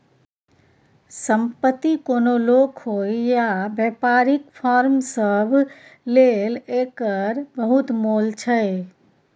संपत्ति कोनो लोक होइ या बेपारीक फर्म सब लेल एकर बहुत मोल छै